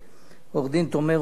עורך-הדין תומר רוזנר,